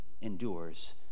endures